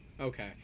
Okay